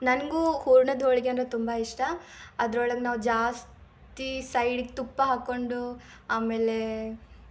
ನನಗೂ ಹೂರ್ಣದ ಹೋಳಿಗೆ ಅಂದರೆ ತುಂಬ ಇಷ್ಟ ಅದ್ರೊಳಗೆ ನಾವು ಜಾಸ್ತಿ ಸೈಡ್ಗೆ ತುಪ್ಪ ಹಾಕ್ಕೊಂಡು ಆಮೇಲೆ